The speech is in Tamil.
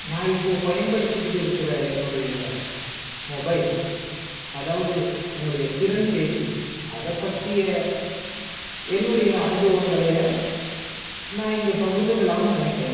நான் இப்போது பயன்படுத்திக்கிட்டு இருக்கிற என்னுடைய மொபைல் அதாவது என்னுடைய திறன்பேசி அதை பற்றிய என்னுடைய அனுபவங்கள நான் இங்கே பகிர்ந்துக்கலாம்னு நினைக்கிறேன்